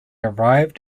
arrived